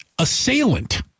assailant